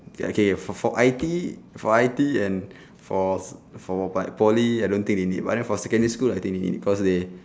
ya okay for for I_T_E for I_T_E and for for but poly I don't think they need but then for secondary school I think they need cause they